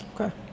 Okay